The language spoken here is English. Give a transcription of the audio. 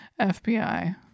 FBI